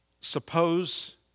suppose